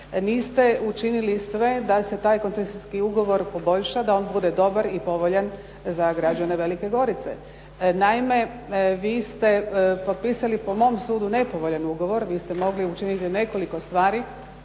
Niste učinili sve da se taj koncesijski ugovor poboljša, da on bude dobar i povoljan za građane Velike Gorice. Naime, vi ste potpisali po mom sudu nepovoljan ugovor, vi ste mogli učiniti nekoliko stvari,